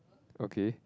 okay